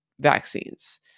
vaccines